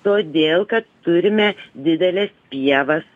todėl kad turime dideles pievas